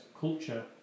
culture